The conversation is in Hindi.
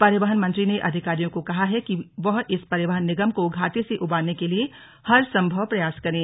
परिवहन मंत्री ने अधिकारियों को कहा है कि वह परिवहन निगम को घाटे से उबारने के लिए हरसंभव प्रयास करें